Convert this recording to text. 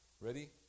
Ready